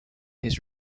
his